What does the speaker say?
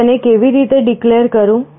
હું તેને કેવી રીતે ડિક્લેર કરું